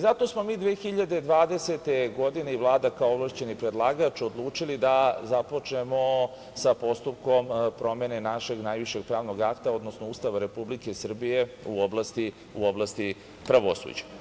Zato smo mi 2020. godine i Vlada kao ovlašćeni predlagač, odlučili da započnemo sa postupkom promene našeg najvišeg pravnog akta, odnosno Ustava Republike Srbije u oblasti pravosuđa.